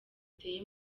iteye